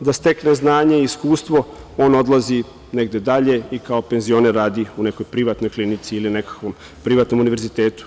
da stekne znanje i iskustvo, on odlazi negde dalje i kao penzioner radi u nekoj privatnoj klinici ili na nekom privatnom univerzitetu.